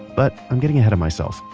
but, i'm getting ahead of myself.